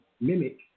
mimic